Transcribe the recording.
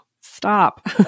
Stop